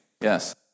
yes